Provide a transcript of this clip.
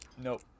Nope